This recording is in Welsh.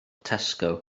tesco